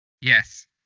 Yes